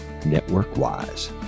NetworkWise